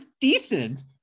decent